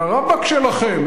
יא רבאק שלכם,